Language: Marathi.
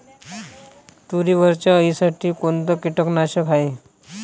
तुरीवरच्या अळीसाठी कोनतं कीटकनाशक हाये?